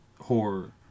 horror